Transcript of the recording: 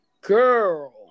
Girl